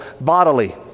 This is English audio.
bodily